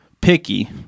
picky